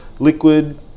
liquid